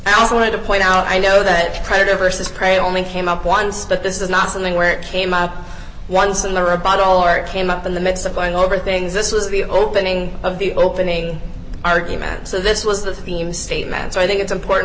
i also wanted to point out i know that predator versus prey only came up once but this is not something where it came up once and there were a bottle or it came up in the midst of going over things this was the opening of the opening argument so this was the theme statements i think it's important